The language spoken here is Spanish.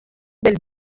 del